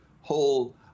whole